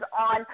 on